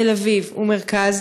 תל-אביב ומרכז,